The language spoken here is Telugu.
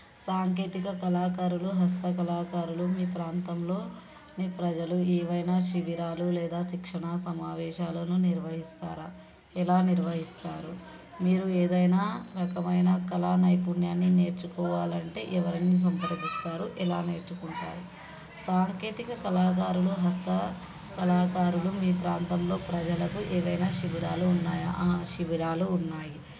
సాంకేతిక కళాకారులు హస్త కళాకారులు మీ ప్రాంతంలో మీ ప్రజలు ఏవైనా శిబిరాలు లేదా శిక్షణా సమావేశాలను నిర్వహిస్తారా ఎలా నిర్వహిస్తారు మీరు ఏదైనా రకమైన కళా నైపుణ్యాన్ని నేర్చుకోవాలి అంటే ఎవరిని సంప్రదిస్తారు ఎలా నేర్చుకుంటారు సాంకేతిక కళాకారులు హస్త కళాకారులు మీ ప్రాంతంలో ప్రజలకు ఏవైనా శిబిరాలు ఉన్నాయా శిబిరాలు ఉన్నాయి